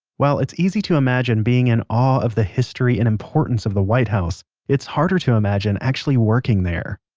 while it's easy to imagine being in awe of the history and importance of the white house, it's harder to imagine actually working there